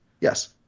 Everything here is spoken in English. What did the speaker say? Yes